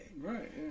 Right